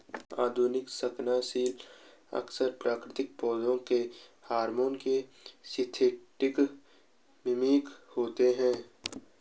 आधुनिक शाकनाशी अक्सर प्राकृतिक पौधों के हार्मोन के सिंथेटिक मिमिक होते हैं